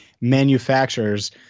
manufacturers